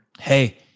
Hey